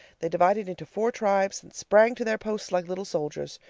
they divided into four tribes, and sprang to their posts like little soldiers.